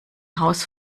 haus